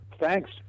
Thanks